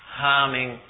harming